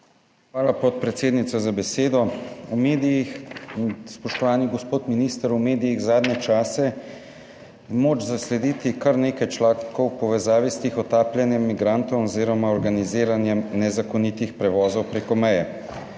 Hvala, podpredsednica, za besedo. Spoštovani gospod minister, v medijih je zadnje čase moč zaslediti kar nekaj člankov v povezavi s tihotapljenjem migrantov oziroma organiziranjem nezakonitih prevozov preko meje.